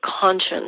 conscience